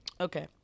Okay